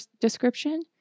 description